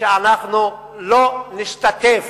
שאנחנו לא נשתתף